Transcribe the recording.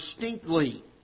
distinctly